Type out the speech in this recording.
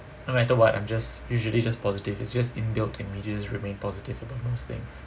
no matter what I'm just usually just positive it's just inbuilt in me to just remain positive about most things